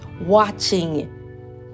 watching